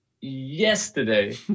yesterday